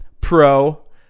Pro